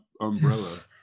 Umbrella